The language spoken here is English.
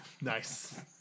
Nice